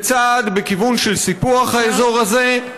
זה צעד בכיוון של סיפוח האזור הזה,